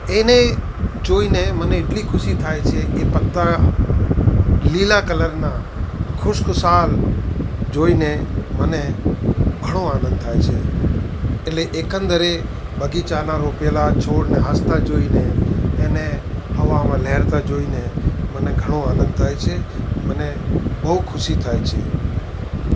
એને જોઈને મને એટલી ખુશી થાય છે કે પત્તા લીલા કલરનાં ખુશ ખુશાલ જોઈને મને ઘણો આનંદ થાય છે એટલે એકંદરે બગીચાના રોપેલા છોડને હસતા જોઈને એને હવામાં લહેરાતા જોઈને મને ઘણો આનંદ થાય છે મને બહુ ખુશી થાય છે